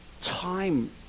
time